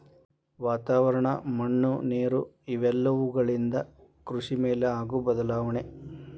ವಾತಾವರಣ, ಮಣ್ಣು ನೇರು ಇವೆಲ್ಲವುಗಳಿಂದ ಕೃಷಿ ಮೇಲೆ ಆಗು ಬದಲಾವಣೆ